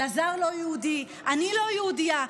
אלעזר לא יהודי, אני לא יהודייה.